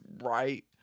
right